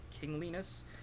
kingliness